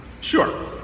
Sure